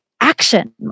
action